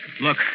Look